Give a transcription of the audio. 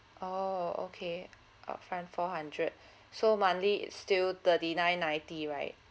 oh okay upfront four hundred so monthly it's still thirty nine ninety right